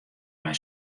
mei